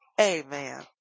amen